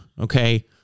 okay